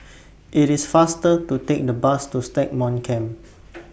IT IS faster to Take The Bus to Stagmont Camp